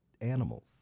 animals